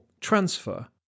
transfer